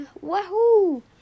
Wahoo